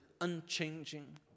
unchanging